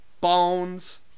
bones